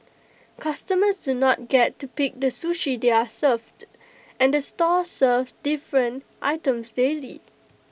customers do not get to pick the sushi they are served and the store serves different items daily